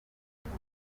ibyo